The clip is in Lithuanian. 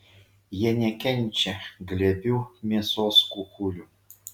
jie nekenčia glebių mėsos kukulių